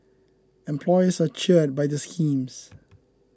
employers are cheered by the schemes